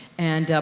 and, ah,